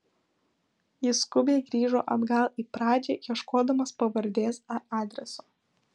jis skubiai grįžo atgal į pradžią ieškodamas pavardės ar adreso